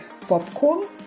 popcorn